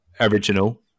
Original